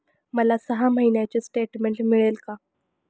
मला सहा महिन्यांचे स्टेटमेंट मिळेल का?